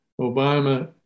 Obama